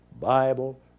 Bible